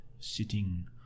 sitting